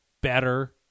better